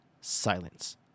silence